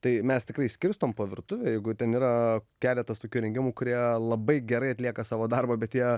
tai mes tikrai išskirstom po virtuvę jeigu ten yra keletas tokių įrengimų kurie labai gerai atlieka savo darbą bet jie